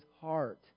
heart